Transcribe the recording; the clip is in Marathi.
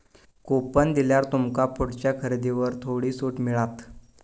कुपन दिल्यार तुमका पुढच्या खरेदीवर थोडी सूट मिळात